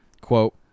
quote